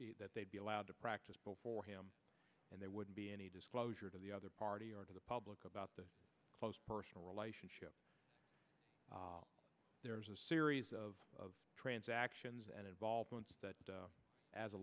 be that they'd be allowed to practice before him and they wouldn't be any disclosure to the other party or to the public about the close personal relationship there is a series of transactions and involvements that as a